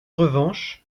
revanche